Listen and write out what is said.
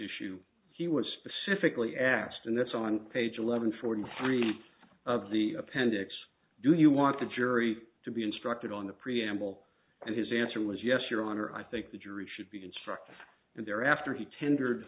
issue he was specifically asked and that's on page eleven forty three of the appendix do you want the jury to be instructed on the preamble and his answer was yes your honor i think the jury should be instructed and thereafter he tendered